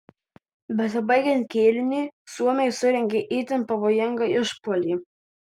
besibaigiant kėliniui suomiai surengė itin pavojingą išpuolį